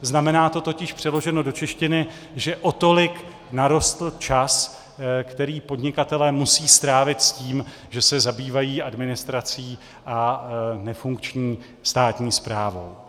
Znamená to totiž, přeloženo do češtiny, že o tolik narostl čas, který podnikatelé musí strávit tím, že se zabývají administrací a nefunkční státní správou.